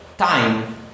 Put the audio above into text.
time